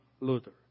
Luther